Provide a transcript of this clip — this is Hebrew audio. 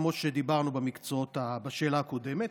כמו שאמרנו בשאלה הקודמת,